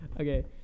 Okay